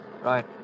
Right